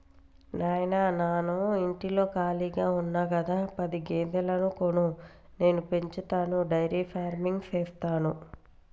నాయిన నాను ఇంటిలో కాళిగా ఉన్న గదా పది గేదెలను కొను నేను పెంచతాను డైరీ ఫార్మింగ్ సేస్తాను